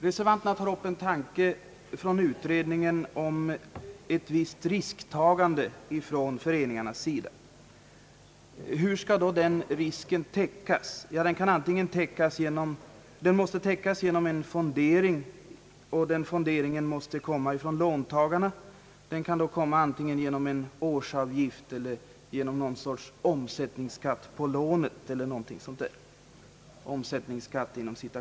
Reservanterna tar upp en tanke från utredningen om ett visst risktagande från föreningarnas sida. Hur skall då den risken täckas? Den måste täckas genom fondering och den fonderingen måste komma från låntagarna, antingen genom en årsavgift eller genom någon sorts »omsättningsskatt» på lånen.